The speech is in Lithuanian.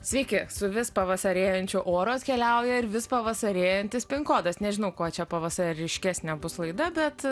sveiki su vis pavasarėjančiu oru atkeliauja ir vis pavasarėjantis pink kodas nežinau ko čia pavasariškesnė bus laida bet